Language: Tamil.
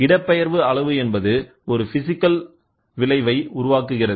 இடப்பெயர்வு அளவு என்பது ஒரு பிசிகல் விளைவை உருவாக்குகிறது